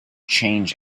change